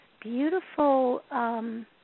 beautiful